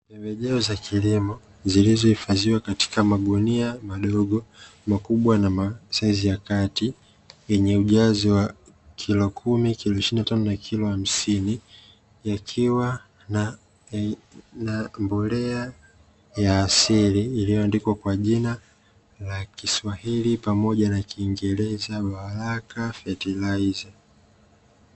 Pembejeo za kilimo, zilizohifadhiwa katika magunia madogo, makubwa na saizi ya kati yenye ujazo wa kilo kumi, kilo ishirini na tano na kilo hamsini; yakiwa na mbolea ya asili iliyoandikwa kwa jina la kiswahili pamoja na kingereza “Baraka FERTILIZER".